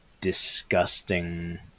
disgusting